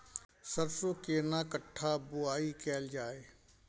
सरसो केना कट्ठा बुआई कैल जाय?